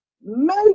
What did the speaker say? make